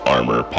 Armor